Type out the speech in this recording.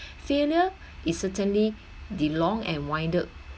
failure is certainly the long and winded